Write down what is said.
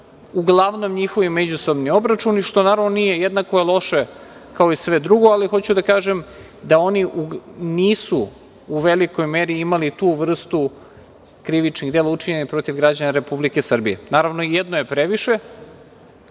uglavnom njihovi međusobni obračuni što je naravno jednako loše kao i sve drugo, ali hoću da kažem da oni nisu u velikoj meri imali tu vrstu krivičnih dela učinjenih protiv građana Republike Srbije. Naravno i jedno je previše,